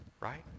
Right